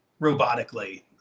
robotically